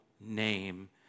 name